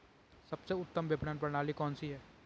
सबसे उत्तम विपणन प्रणाली कौन सी है?